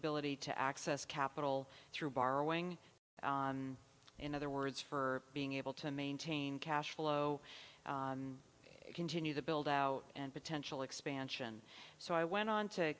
ability to access capital through borrowing in other words for being able to maintain cash flow continue the buildout and potential expansion so i went on to